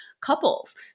couples